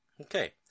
Okay